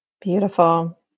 Beautiful